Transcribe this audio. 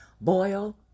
boil